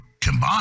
combined